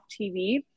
TV